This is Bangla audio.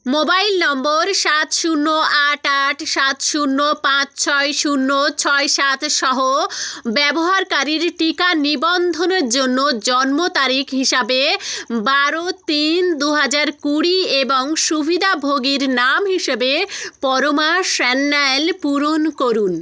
মোবাইল নম্বর সাত শূন্য আট আট সাত শূন্য পাঁচ ছয় শূন্য ছয় সাত সহ ব্যবহারকারীর টিকা নিবন্ধনের জন্য জন্ম তারিখ হিসাবে বারো তিন দু হাজার কুড়ি এবং সুবিধাভোগীর নাম হিসেবে পরমা সান্যাল পূরণ করুন